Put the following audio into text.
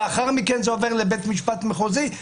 ולאחר מכן זה עובר לבית משפט מחוזי,